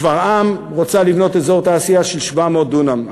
שפרעם רוצה לבנות אזור תעשייה של 700 דונם.